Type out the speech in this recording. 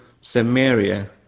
Samaria